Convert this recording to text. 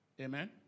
Amen